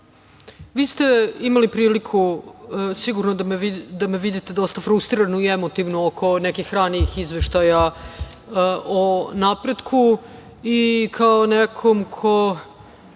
Vi ste imali priliku sigurno da me vidite dosta frustriranu i emotivnu oko nekih ranijih izveštaja o napretku i kao nekom ko